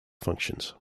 functions